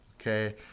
okay